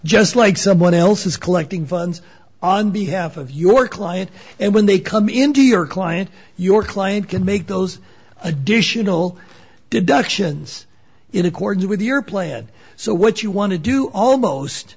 just like someone else is collecting funds on behalf of your client and when they come into your client your client can make those additional deductions in accordance with your plan so what you want to do almost